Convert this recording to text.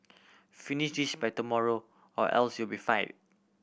finish this by tomorrow or else you'll be fire